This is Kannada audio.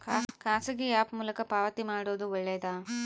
ಖಾಸಗಿ ಆ್ಯಪ್ ಮೂಲಕ ಪಾವತಿ ಮಾಡೋದು ಒಳ್ಳೆದಾ?